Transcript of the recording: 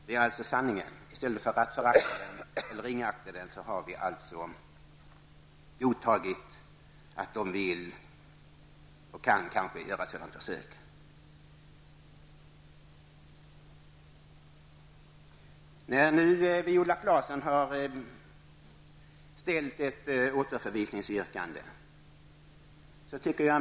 Detta är alltså sanningen, och i stället för att ringakta föreningen, har vi godtagit att den får göra ett försök. Viola Claesson har nu ställt ett återförvisningsyrkande.